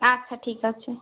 আচ্ছা ঠিক আছে